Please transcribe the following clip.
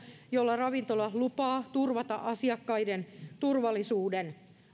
jolla ravintola lupaa turvata asiakkaiden turvallisuuden